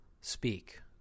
speak